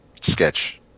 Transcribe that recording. sketch